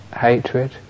hatred